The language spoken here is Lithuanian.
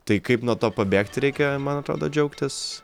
tai kaip nuo to pabėgti reikia man atrodo džiaugtis